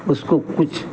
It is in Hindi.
उसको कुछ